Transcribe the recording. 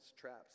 traps